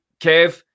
kev